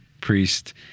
priest